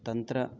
तन्त्रम्